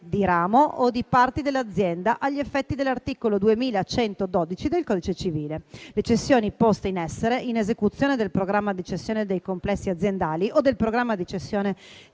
di ramo o di parti dell'azienda agli effetti dell'articolo 2112 del codice civile le cessioni poste in essere in esecuzione del programma di cessione dei complessi aziendali o del programma di cessione